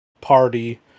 party